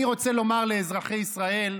אני רוצה לומר לאזרחי ישראל: